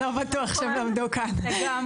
לא בטוח שהם למדו כאן.